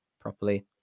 properly